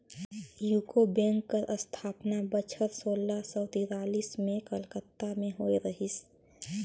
UCO bank कर असथापना बछर सोला सव तिरालिस में कलकत्ता में होए रहिस